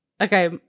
Okay